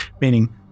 meaning